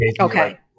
Okay